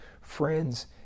friends